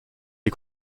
est